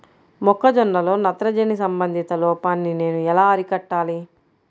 మొక్క జొన్నలో నత్రజని సంబంధిత లోపాన్ని నేను ఎలా అరికట్టాలి?